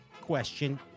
question